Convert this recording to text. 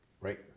right